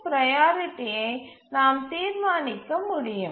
ப்ரையாரிட்டியை நாம் தீர்மானிக்க முடியும்